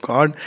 God